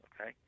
okay